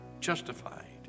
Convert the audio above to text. justified